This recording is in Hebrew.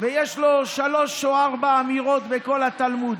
ויש לו שלוש או ארבע אמירות בכל התלמוד,